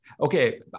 Okay